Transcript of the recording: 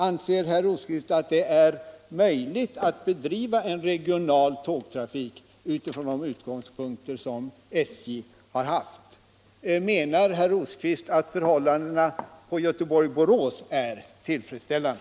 Anser herr Rosqvist att det är möjligt att bedriva en regional tågtrafik från de utgångspunkter som SJ har haft? Menar herr Rosqvist att förhållandena på linjen Göteborg-Borås är tillfredsställande?